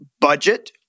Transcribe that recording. budget